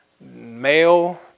male